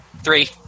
Three